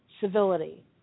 civility